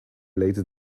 late